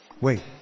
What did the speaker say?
Wait